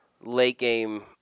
late-game